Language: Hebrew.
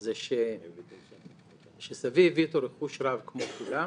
זה שסבי הביא איתו רכוש רב, כמו כולם,